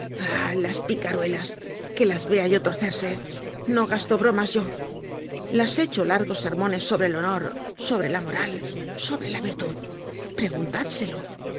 las picaruelas que las vea yo torcerse no gasto bromas yo las echo largos sermones sobre el honor sobre la moral sobre la virtud preguntádselo